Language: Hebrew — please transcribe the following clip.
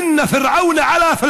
אדון איימן.)